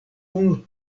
unu